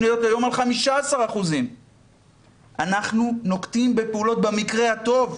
להיות היום על 15%. אנחנו נוקטים בפעולות במקרה הטוב,